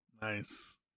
Nice